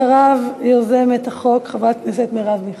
ואחריו, יוזמת החוק, חברת הכנסת מרב מיכאלי.